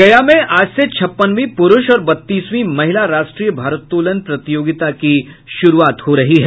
गया में आज से छप्पनवीं पुरूष और बत्तीसवीं महिला राष्ट्रीय भारोत्तोलन प्रतियोगिता की शुरूआत हो रही है